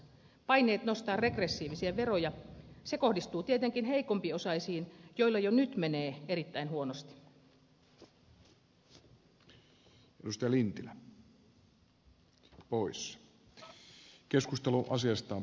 paineet nostaa regressiivisiä veroja kohdistuvat tietenkin heikompiosaisiin joilla jo nyt menee erittäin huonosti